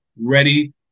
ready